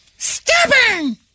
Stubborn